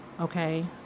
okay